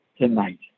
tonight